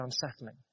unsettling